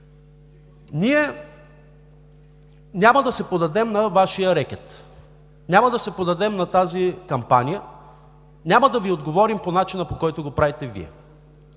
Ние няма да се подадем на Вашия рекет, няма да се подадем на тази кампания, няма да Ви отговорим по начина, по който го правите Вие.